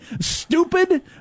stupid